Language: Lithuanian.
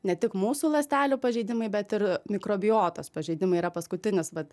ne tik mūsų ląstelių pažeidimai bet ir mikrobiotos pažeidimai yra paskutinis vat